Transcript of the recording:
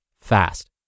fast